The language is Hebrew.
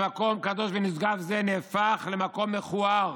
שמקום קדוש ונשגב זה נהפך למקום מכוער